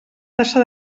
tassa